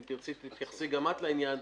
אם תרצי תתייחסי גם את לעניין,